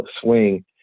swing